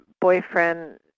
boyfriend